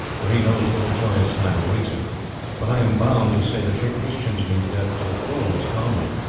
for he knows that a joyous time awaits him but i am bound to say that your christians meet death to the full as calmly.